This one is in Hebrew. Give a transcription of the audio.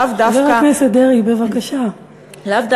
לאו דווקא,